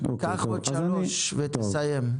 קח עוד שלוש ותסיים.